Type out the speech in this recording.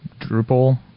Drupal